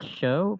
show